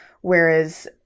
whereas